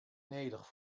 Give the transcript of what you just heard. nedich